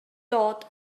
dod